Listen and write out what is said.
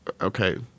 Okay